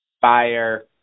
fire